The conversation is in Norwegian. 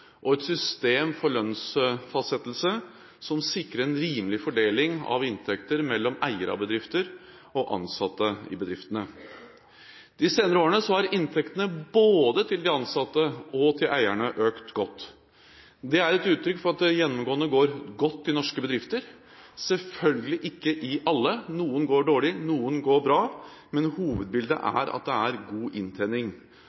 og et system for lønnsfastsettelse som sikrer en rimelig fordeling av inntekter mellom eiere av bedrifter og ansatte i bedriftene. De senere årene har inntektene til både de ansatte og eierne økt godt. Det er et uttrykk for at det gjennomgående går godt i norske bedrifter – selvfølgelig ikke i alle, noen går dårlig, noen går bra, men hovedbildet